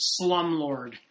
slumlord